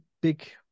big